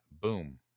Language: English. Boom